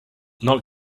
not